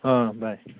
ꯑꯥ ꯕꯥꯏ